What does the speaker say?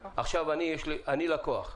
עכשיו, אני לקוח.